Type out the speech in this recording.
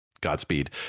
Godspeed